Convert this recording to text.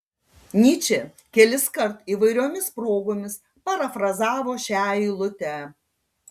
nyčė keliskart įvairiomis progomis parafrazavo šią eilutę